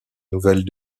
nouvelles